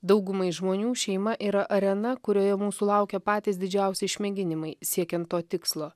daugumai žmonių šeima yra arena kurioje mūsų laukia patys didžiausi išmėginimai siekiant to tikslo